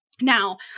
Now